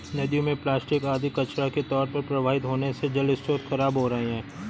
नदियों में प्लास्टिक आदि कचड़ा के तौर पर प्रवाहित होने से जलस्रोत खराब हो रहे हैं